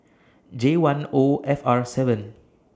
J one O F R seven